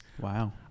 Wow